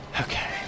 Okay